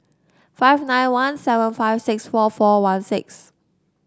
five nine one seven five six four four one six